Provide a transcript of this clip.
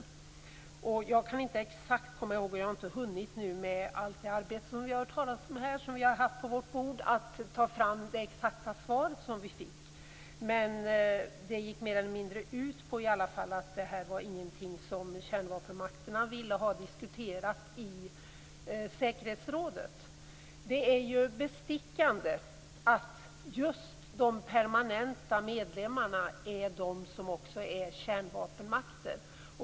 Jag kan inte exakt komma ihåg - och jag har inte hunnit med allt det arbete som vi här har hört talas om som vi har på vårt bord att ta fram - det exakta svar som vi fick. Men det gick mer eller mindre ut på att detta inte var någonting som kärnvapenmakterna ville ha diskuterat i säkerhetsrådet. Det är bestickande att just de permanenta medlemmarna är de som är kärnvapenmakter.